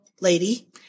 lady